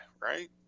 Right